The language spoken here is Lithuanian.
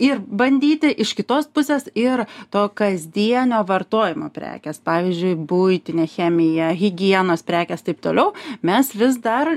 ir bandyti iš kitos pusės ir to kasdienio vartojimo prekės pavyzdžiui buitinė chemija higienos prekės taip toliau mes vis dar